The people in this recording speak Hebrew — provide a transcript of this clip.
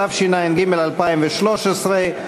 התשע"ג 2013,